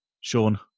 Sean